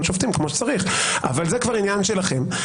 שופטים כמו שצריך אבל זה כבר עניין שלכם.